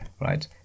right